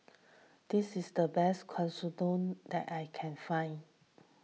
this is the best Katsudon that I can find